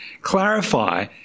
clarify